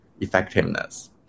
effectiveness